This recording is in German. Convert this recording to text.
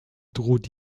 droht